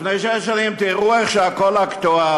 לפני שש שנים, תראו איך הכול אקטואלי.